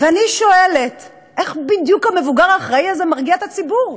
ואני שואלת: איך בדיוק המבוגר האחראי הזה מרגיע את הציבור?